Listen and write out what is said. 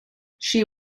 she